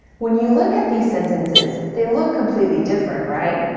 when you look at these sentences, they look completely different, right?